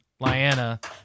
Lyanna